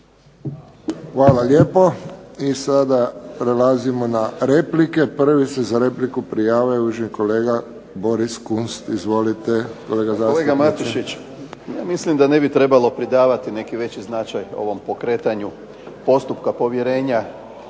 Hvala lijepo. I sada prelazimo na replike. Prvi se za repliku prijavio uvaženi kolega Boris Kunst. Izvolite, kolega zastupniče. **Kunst, Boris (HDZ)** Kolega Matušić, mislim da ne bi trebalo pridavati neki veći značaj ovom pokretanju postupka povjerenja